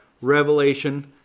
Revelation